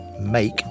make